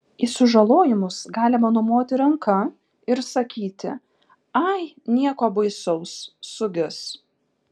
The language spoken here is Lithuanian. į sužalojimus galima numoti ranka ir sakyti ai nieko baisaus sugis